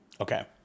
Okay